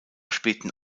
späten